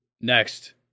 next